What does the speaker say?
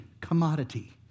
commodity